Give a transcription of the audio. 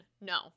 No